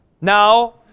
Now